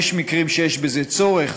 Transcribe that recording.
כי יש מקרים שיש בזה צורך,